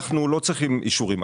אנחנו לא צריכים אישורים,